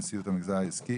נשיאות המגזר העסקי,